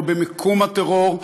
לא במיקום הטרור,